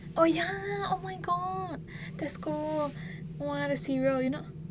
oh ya oh my god the scone !wah! the cereal you know